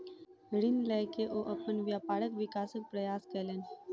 ऋण लय के ओ अपन व्यापारक विकासक प्रयास कयलैन